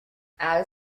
out